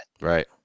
Right